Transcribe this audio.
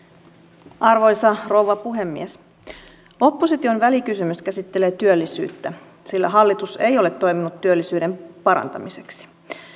arvoisa rouva puhemies opposition välikysymys käsittelee työllisyyttä sillä hallitus ei ole toiminut työllisyyden parantamiseksi